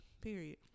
Period